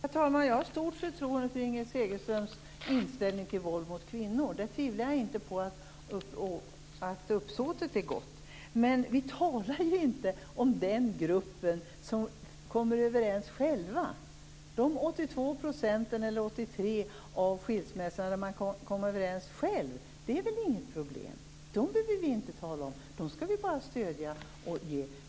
Herr talman! Jag har stort förtroende för Inger Segelströms inställning till våld mot kvinnor. Jag tvivlar inte på att uppsåtet är gott. Men vi talar ju inte om den grupp där man kommer överens själv. De 82 procenten av skilsmässor där man kommer överens själv är ju inte något problem. Dem behöver vi inte tala om. Dem skall vi bara stödja.